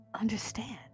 understand